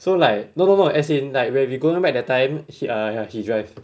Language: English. so like no no no as in like when we going back that time he err he drive